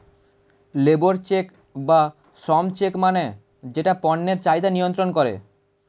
labour check বা শ্রম check মানে যেটা পণ্যের চাহিদা নিয়ন্ত্রন করে